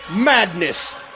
Madness